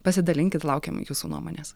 pasidalinkit laukiam jūsų nuomonės